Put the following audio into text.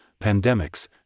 pandemics